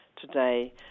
today